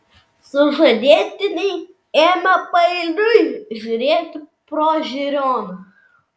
sužadėtiniai ėmė paeiliui žiūrėti pro žiūroną